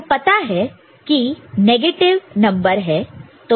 आपको पता है कि नंबर नेगेटिव है तो कैरी नहीं है